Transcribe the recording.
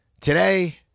today